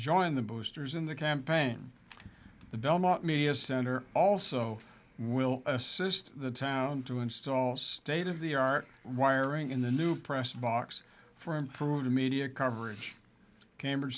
join the boosters in the campaign the belmont media center also will assist the town to install state of the art wiring in the new press box for improve the media coverage cambridge